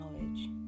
knowledge